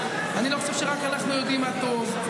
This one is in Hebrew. אני לא חושב שרק אנחנו יודעים מה טוב.